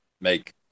make